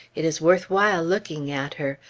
it is worth while looking at her.